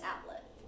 outlet